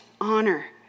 honor